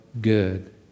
good